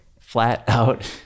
flat-out